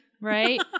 Right